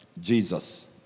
Jesus